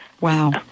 Wow